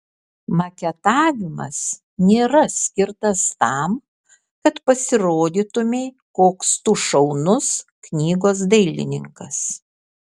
maketavimas nėra skirtas tam kad pasirodytumei koks tu šaunus knygos dailininkas